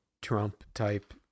Trump-type